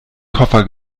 koffer